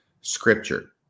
scripture